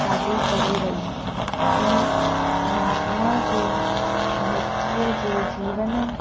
शादी करे वई ऐं महात्मा जे बचीअ जे जीवन